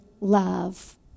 love